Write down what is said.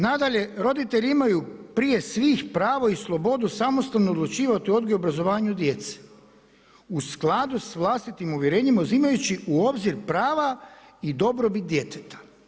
Nadalje, roditelji imaju prije svih pravo i slobodu samostalno odlučivati o odgoju i obrazovanju djece u skladu sa vlastitim uvjerenjem uzimajući i obzir prava i dobrobit djeteta.